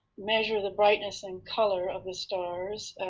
measure the brightness and color of the stars